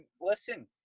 listen